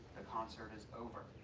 the concert is over.